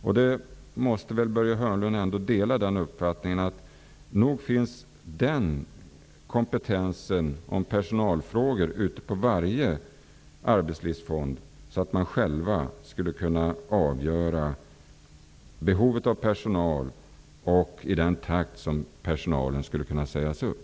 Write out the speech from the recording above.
Arbetsmarknadsministern måste väl ändå dela uppfattningen att kompetensen i personalfrågor nog finns ute på respektive arbetslivsfond, så att fonden själv skall kunna avgöra behovet av personal och den takt i vilken personalen skall sägas upp.